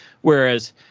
Whereas